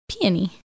Peony